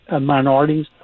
minorities